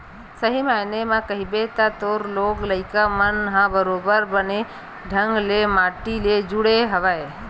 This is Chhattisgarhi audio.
सही मायने म कहिबे त तोर लोग लइका मन ह बरोबर बने ढंग ले माटी ले जुड़े हवय